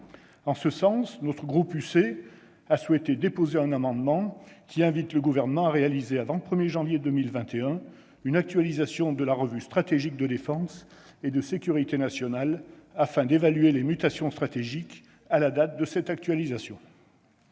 En ce sens, notre groupe Union Centriste a souhaité déposer un amendement ayant pour objet d'inviter le Gouvernement à réaliser avant le 1 janvier 2021 une actualisation de la revue stratégique de défense et de sécurité nationale, afin d'évaluer les mutations stratégiques à la date de cette actualisation.